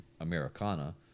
Americana